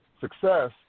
success